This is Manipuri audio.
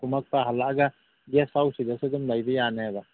ꯀꯨꯝꯃꯛꯄ ꯍꯜꯂꯛꯑꯒ ꯒꯦꯁ ꯍꯥꯎꯁ ꯁꯤꯗꯁꯨ ꯑꯗꯨꯝ ꯂꯩꯕ ꯌꯥꯅꯦꯕ